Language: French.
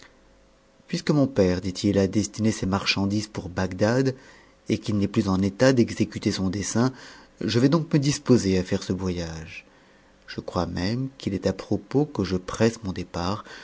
puisque mon père dit-il a destiné ces marchandises pour bagdad et qu'il n'est plus eu état d'exécuter son dessein je vais donc me disposer à faire ce voyage je crois même qu'il est à propos que je presse mon départ